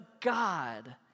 God